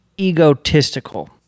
egotistical